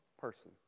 person